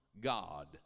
God